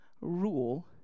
rule